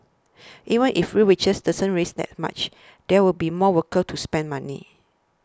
even if real wages don't rise that much there will be more workers to spend money